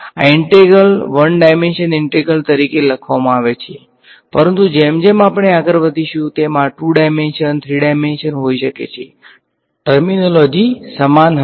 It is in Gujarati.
આ ઈંટેગ્રલ વન ડાઈમેંશન ઈંટેગ્રલ તરીકે લખવામાં આવ્યા છે પરંતુ જેમ જેમ આપણે આગળ જઈશું તેમ આ ટુ ડાઈમેંશન 3 ડાઈમેંશન ઈંટેગ્રલ હોઈ શકે છે ટર્મીનોલેજી સમાન હશે